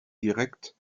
direkt